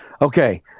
Okay